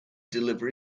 deliver